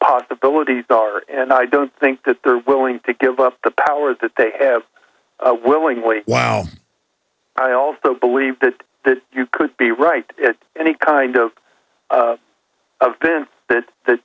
possibilities are and i don't think that they're willing to give up the powers that they have willingly wow i also believe that you could be right at any kind of of been that